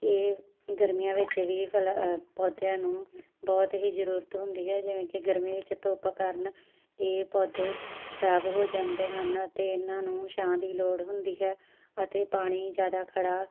ਇਹ ਗਰਮੀਆਂ ਵਿੱਚ ਵੀ ਫਲ ਪੌਦਿਆਂ ਨੂੰ ਬਹੁਤ ਹੀ ਜ਼ਰੂਰਤ ਹੁੰਦੀ ਹੈ ਜਿਵੇਂ ਕਿ ਗਰਮੀ ਵਿੱਚ ਧੁੱਪ ਕਾਰਨ ਇਹ ਪੌਦੇ ਖਰਾਬ ਹੋ ਜਾਂਦੇ ਹਨ ਅਤੇ ਇਹਨਾਂ ਨੂੰ ਛਾਂ ਦੀ ਲੋੜ ਹੁੰਦੀ ਹੈ ਅਤੇ ਪਾਣੀ ਜ਼ਿਆਦਾ ਖੜ੍ਹਾ